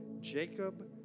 Jacob